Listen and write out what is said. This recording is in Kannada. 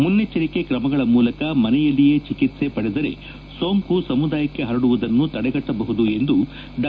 ಮುನ್ನೆಚ್ಚರಿಕೆ ಕ್ರಮಗಳ ಮೂಲಕ ಮನೆಯಲ್ಲಿಯೇ ಚಿಕಿತ್ಸೆ ಪಡೆದರೆ ಸೊಂಕು ಸಮುದಾಯಕ್ಕೆ ಪರಡುವುದನ್ನು ತಡೆಗಟ್ಟಬಹುದು ಎಂದು ಡಾ